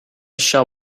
shall